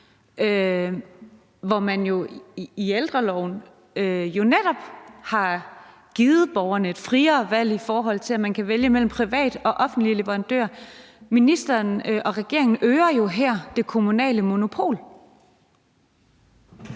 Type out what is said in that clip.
Man har i ældreloven netop givet borgerne et friere valg, i forhold til at man kan vælge mellem privat og offentlig leverandør. Ministeren og regeringen øger jo her det kommunale monopol.